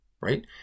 right